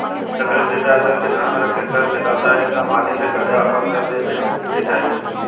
चक्रवृद्धि ब्याज दर के ध्यान में रख के कर दाता के एकदम हाली से कर्जा वापस क देबे के चाही